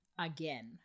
again